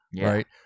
right